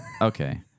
Okay